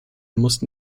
mussten